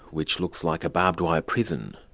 which looks like a barbed-wire prison,